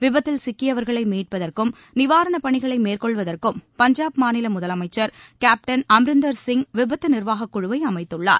விபத்தில் சிக்கியவர்களை மீட்பதற்கும் நிவாரணப் பணிகளை மேற்கொள்வதற்கும் பஞ்சாப் மாநில முதலமைச்சர் கேப்டன் அம்ரிந்தர் சிங் விபத்து நிர்வாகக் குழுவை அமைத்துள்ளார்